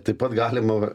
taip pat galima